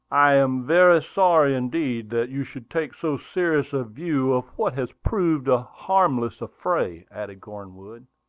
i am very sorry indeed that you should take so serious a view of what has proved a harmless affray, added cornwood.